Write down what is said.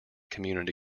community